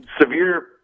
severe